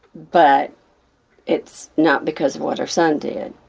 but it's not because of what her son did.